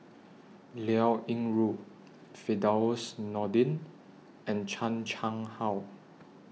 Liao Yingru Firdaus Nordin and Chan Chang How